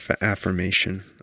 affirmation